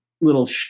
little